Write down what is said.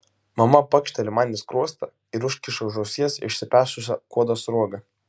mama pakšteli man į skruostą ir užkiša už ausies išsipešusią kuodo sruogą